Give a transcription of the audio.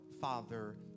father